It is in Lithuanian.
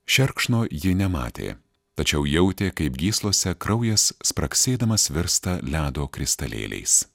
šerkšno ji nematė tačiau jautė kaip gyslose kraujas spragsėdamas virsta ledo kristalėliais